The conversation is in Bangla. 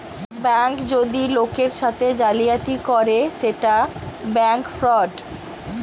ব্যাঙ্ক যদি লোকের সাথে জালিয়াতি করে সেটা ব্যাঙ্ক ফ্রড